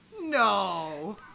No